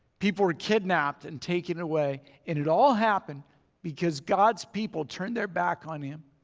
people were kidnapped and taken away and it all happened because god's people turned their back on him.